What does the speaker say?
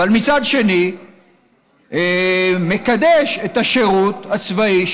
אבל מצד שני מקדש את השירות הצבאי.